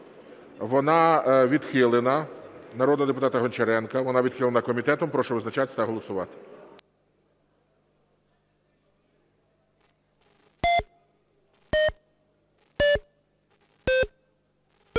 Вона відхилена, народного депутата Гончаренка. Вона відхилена комітетом. Прошу визначатись та голосувати.